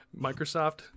microsoft